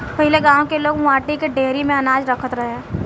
पहिले गांव के लोग माटी के डेहरी में अनाज रखत रहे